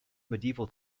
medieval